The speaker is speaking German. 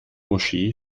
moschee